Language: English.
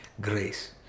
grace